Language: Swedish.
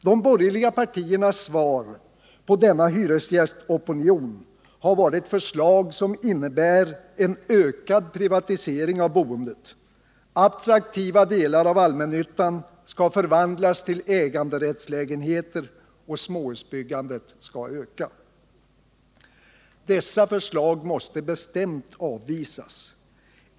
De borgerliga partiernas svar på denna hyresgästopinion har varit förslag som innebär en ökad privatisering av boendet. Attraktiva delar av allmännyttan skall förvandlas till äganderättslägenheter och småhusbyggandet skall öka. Dessa förslag måste bestämt avvisas.